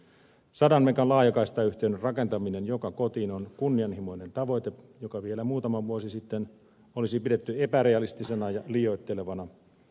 sadan megan laajakaistayhteyden rakentaminen joka kotiin on kunnianhimoinen tavoite jota vielä muutama vuosi sitten olisi pidetty epärealistisena ja liioittelevana